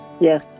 Yes